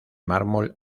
mármol